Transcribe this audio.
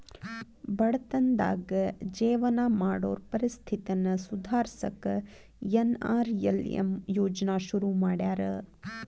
ಬಡತನದಾಗ ಜೇವನ ಮಾಡೋರ್ ಪರಿಸ್ಥಿತಿನ ಸುಧಾರ್ಸಕ ಎನ್.ಆರ್.ಎಲ್.ಎಂ ಯೋಜ್ನಾ ಶುರು ಮಾಡ್ಯಾರ